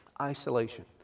Isolation